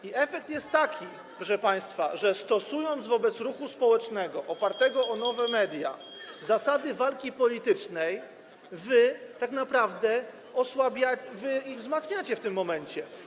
I efekt jest taki, proszę państwa, że stosując wobec ruchu społecznego [[Gwar na sali, dzwonek]] opartego o nowe media zasady walki politycznej, wy tak naprawdę wzmacniacie ich w tym momencie.